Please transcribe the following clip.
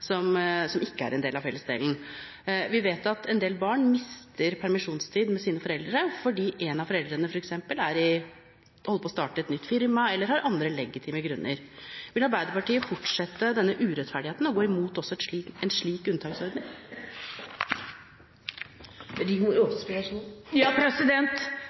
som ikke er en del av fellesdelen. Vi vet at en del barn mister permisjonstid med sine foreldre fordi en av foreldrene f.eks. holder på å starte et nytt firma eller har andre legitime grunner. Vil Arbeiderpartiet fortsette denne urettferdigheten, og gå imot også en slik